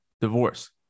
divorce